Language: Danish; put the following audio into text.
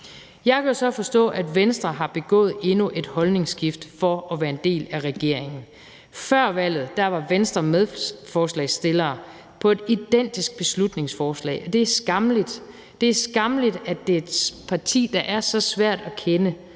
Jeg kan jo så forstå, at Venstre har begået endnu et holdningsskift for at være en del af regeringen. Før valget var Venstre medforslagsstiller på et identisk beslutningsforslag, og det er skammeligt – det er skammeligt – at det er et parti, der er så svært at kende.